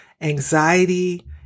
anxiety